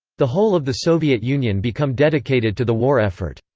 the whole of the soviet union become dedicated to the war effort.